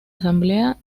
asamblea